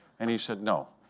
and he said, no,